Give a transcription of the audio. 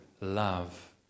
love